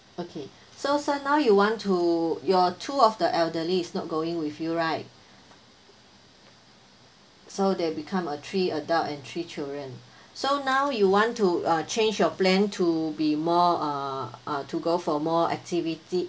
okay so sir now you want to your two of the elderly is not going with you right so there become a three adult and three children so now you want to uh change your plan to be more uh to go for more activity